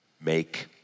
make